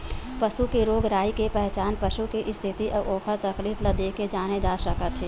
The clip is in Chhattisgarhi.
पसू के रोग राई के पहचान पसू के इस्थिति अउ ओखर तकलीफ ल देखके जाने जा सकत हे